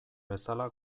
bezala